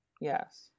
Yes